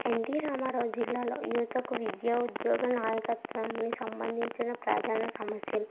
NT Ramarao జిల్లాలో యువతకు విద్య ఉద్యోగ నాయకత్వాన్ని సంబందించిన ప్రదాన సమస్యలు